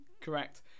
correct